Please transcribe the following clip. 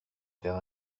faire